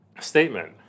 statement